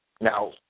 Now